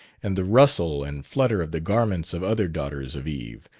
and the rustle and flutter of the garments of other daughters of eve,